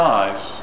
eyes